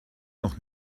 noch